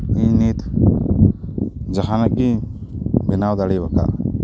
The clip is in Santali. ᱤᱧ ᱱᱤᱛ ᱡᱟᱦᱟᱸ ᱜᱮᱧ ᱵᱮᱱᱟᱣ ᱫᱟᱲᱮ ᱟᱠᱟᱫ